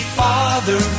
father